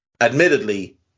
admittedly